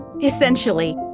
Essentially